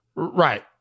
Right